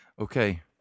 Okay